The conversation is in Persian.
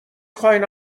خواین